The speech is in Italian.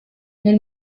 nel